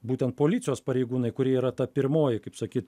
būtent policijos pareigūnai kurie yra ta pirmoji kaip sakyt